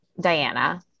Diana